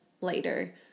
later